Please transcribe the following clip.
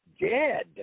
dead